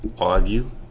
argue